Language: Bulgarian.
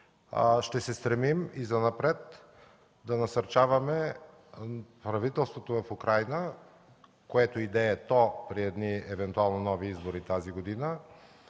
Ще се стремим и занапред да насърчаваме правителството в Украйна, което и да е то, при евентуални нови избори тази година